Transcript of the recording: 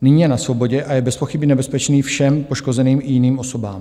Nyní je na svobodě a je bezpochyby nebezpečný všem poškozeným i jiným osobám.